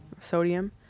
sodium